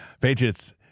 Patriots